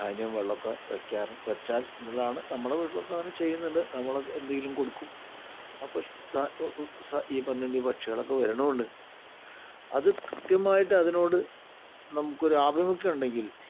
ധാന്യം വെള്ളമൊക്കെ വയ്ക്കാറ് വെച്ചാൽ എന്നുള്ളതാണ് നമ്മുടെ വീട്ടിലൊക്കെ അങ്ങനെ ചെയ്യുന്നുണ്ട് നമ്മളൊക്കെ എന്തെങ്കിലും കൊടുക്കും അപ്പോൾ ഇഷ് ഈ പറഞ്ഞ പക്ഷികളൊക്കെ വരണോണ്ട് അത് കൃത്യമായിട്ട് അതിനോട് നമുക്കൊരു ആഭിമുഖ്യണ്ടെങ്കിൽ